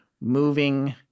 moving